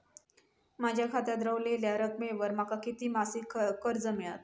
माझ्या खात्यात रव्हलेल्या रकमेवर माका किती मासिक कर्ज मिळात?